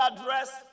address